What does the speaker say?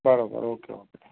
બરાબર okay okay